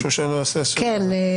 כן,